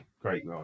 great